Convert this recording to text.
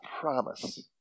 promise